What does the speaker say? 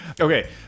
Okay